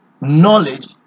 knowledge